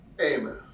Amen